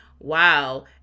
Wow